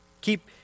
Keep